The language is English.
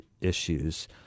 issues